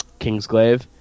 Kingsglaive